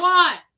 one